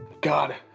God